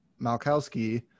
Malkowski –